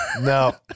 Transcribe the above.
no